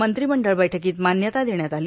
मंत्रिमंडळ बैठकीत मान्यता देण्यात आली